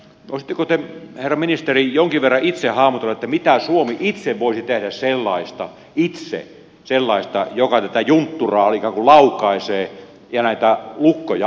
voisitteko te herra ministeri jonkin verran itse hahmotella mitä suomi itse voisi tehdä sellaista joka tätä juntturaa ikään kuin laukaisee ja näitä lukkoja aukaisee